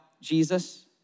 Jesus